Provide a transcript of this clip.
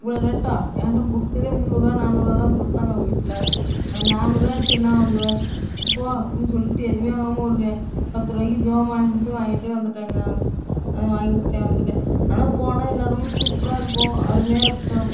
இவ்வளோ ரேட்டா என்ட்ட கொடுத்ததே முன்னூறுபா நானூறுபா தான் கொடுத்தாங்க வீட்டில அந்த நானூறுபாவ வச்சு என்ன வாங்குவ போ அப்படின்னு சொல்லிட்டு எதுவுமே வாங்காமல் ஒரு பத்துருபாக்கி ஜெப மாலையை மட்டும் வாங்கிட்டு வந்துட்டேங்க அது வாங்கிட்டே வந்துட்டேன் ஆனால் போனால் எல்லா இடமும் சூப்பராக இருக்கும் அருமையாக இருக்கும்